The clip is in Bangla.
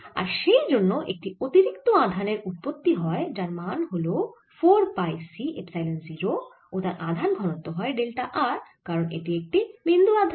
আর সেই জন্য একটি অতিরিক্ত আধানের উৎপত্তি হয় যার মান হল 4 পাই C এপসাইলন 0 ও তার আধান ঘনত্ব হয় ডেল্টা r কারণ এটি একটি বিন্দু আধান